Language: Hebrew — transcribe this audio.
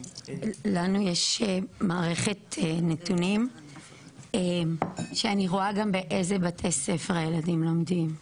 לנו יש מערכת נתונים שאני רואה גם באיזה בתי ספר הילדים לומדים,